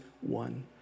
one